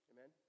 Amen